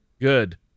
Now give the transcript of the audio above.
good